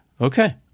Okay